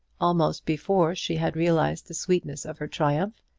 almost before she had realised the sweetness of her triumph,